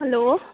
hello